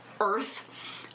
earth